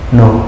no